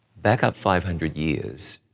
back up five hundred years,